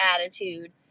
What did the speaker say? attitude